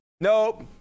nope